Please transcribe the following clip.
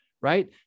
right